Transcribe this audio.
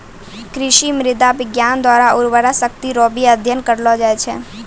कृषि मृदा विज्ञान द्वारा उर्वरा शक्ति रो भी अध्ययन करलो जाय छै